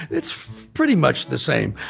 it's pretty much the same.